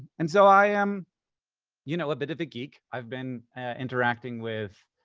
and so i am you know a bit of a geek. i've been interacting with